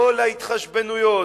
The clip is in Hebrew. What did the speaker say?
כל ההתחשבנויות,